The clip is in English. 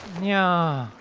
yeah,